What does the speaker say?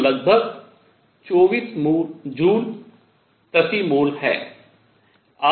जो लगभग 24 जूल प्रति मोल है